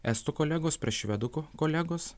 estų kolegos prie švedų ku kolegos